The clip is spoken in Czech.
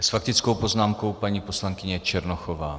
S faktickou poznámkou paní poslankyně Černochová.